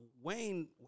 Wayne